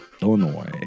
Illinois